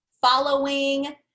following